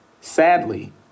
Sadly